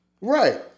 Right